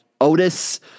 Otis